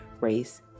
race